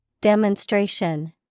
Demonstration